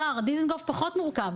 השר, דיזינגוף פחות מורכב.